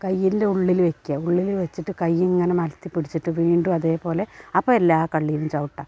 കയ്യിൻ്റെ ഉള്ളിൽ വെക്കുക ഉള്ളിൽ വെച്ചിട്ട് കയ്യിങ്ങനെ മലർത്തി പിടിച്ചിട്ടു വീണ്ടും അതേപോലെ അപ്പം എല്ലാ കള്ളിയിലും ചവിട്ടാം